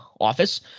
office